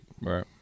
Right